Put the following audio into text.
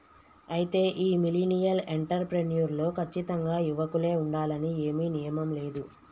అయితే ఈ millennial entrepreneur లో కచ్చితంగా యువకులే ఉండాలని ఏమీ నియమం లేదు